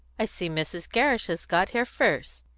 i see mrs. gerrish has got here first,